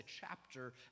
chapter